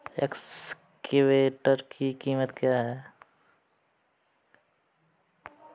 Excavator की कीमत क्या है?